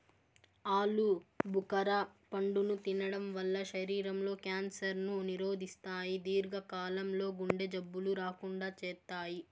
ఆలు భుఖర పండును తినడం వల్ల శరీరం లో క్యాన్సర్ ను నిరోధిస్తాయి, దీర్ఘ కాలం లో గుండె జబ్బులు రాకుండా చేత్తాయి